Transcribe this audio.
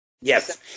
Yes